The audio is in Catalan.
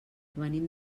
venim